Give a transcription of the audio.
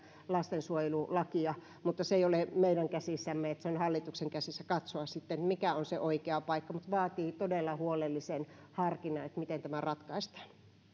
lastensuojelulakia mutta se ei ole meidän käsissämme vaan se on hallituksen käsissä katsoa sitten mikä on se oikea paikka mutta vaatii todella huolellisen harkinnan miten tämä ratkaistaan